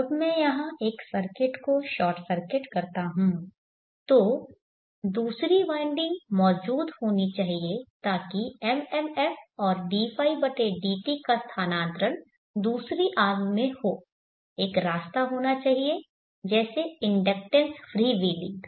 जब मैं यहां एक सर्किट को शॉर्ट सर्किट करता हूं तो दूसरी वाइंडिंग मौजूद होनी चाहिए ताकि MMF और dϕdt का स्थानांतरण दूसरी आर्म में हो एक रास्ता होना चाहिए जैसे इंडक्टेंस फ्री व्हीलिंग